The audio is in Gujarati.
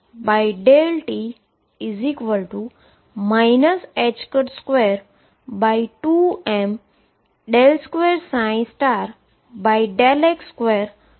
જે iℏ∂t 22m2x2Vx થશે